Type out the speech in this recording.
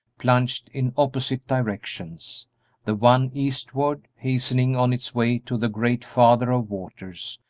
plunged in opposite directions the one eastward, hastening on its way to the great father of waters,